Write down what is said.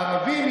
ערבים,